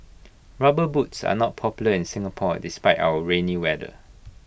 rubber boots are not popular in Singapore despite our rainy weather